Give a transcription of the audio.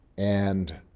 and